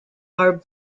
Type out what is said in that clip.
are